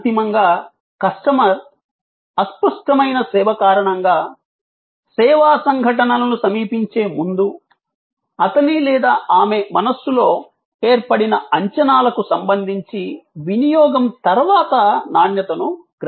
అంతిమంగా కస్టమర్ అస్పష్టమైన సేవ కారణంగా సేవా సంఘటనలను సమీపించే ముందు అతని లేదా ఆమె మనస్సులో ఏర్పడిన అంచనాలకు సంబంధించి వినియోగం తర్వాత నాణ్యతను గ్రహిస్తాడు